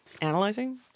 Analyzing